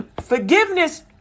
Forgiveness